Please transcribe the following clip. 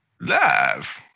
Live